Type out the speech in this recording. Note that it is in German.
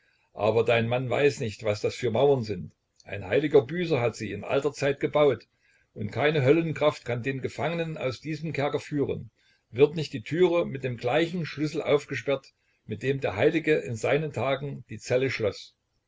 aber dein mann weiß nicht was das für mauern sind ein heiliger büßer hat sie in alter zeit gebaut und keine höllenkraft kann den gefangenen aus diesem kerker führen wird nicht die türe mit dem gleichen schlüssel aufgesperrt mit dem der heilige in seinen tagen die zelle schloß